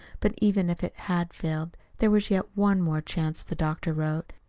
but even if it had failed, there was yet one more chance, the doctor wrote.